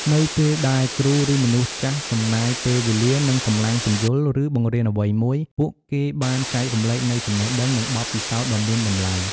នៅពេលដែលគ្រូ ឬមនុស្សចាស់ចំណាយពេលវេលា និងកម្លាំងពន្យល់ ឬបង្រៀនអ្វីមួយ ពួកគេបានចែករំលែកនូវចំណេះដឹង និងបទពិសោធន៍ដ៏មានតម្លៃ។